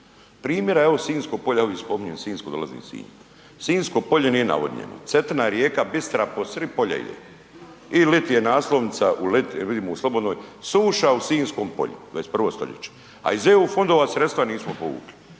Primjera evo Sinjsko polje, ja uvijek spominjem sinjsko, dolazim iz Sinja, Sinjsko polje nije navodnjeno, Cetina rijeka bistra, po srid polja ide i liti je naslovnica vidim u Slobodnoj, suša u Sinjskom polju, 21. stoljeće, a iz EU fondova sredstva nismo povukli.